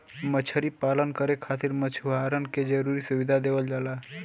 मछरी पालन करे खातिर मछुआरन के जरुरी सुविधा देवल जाला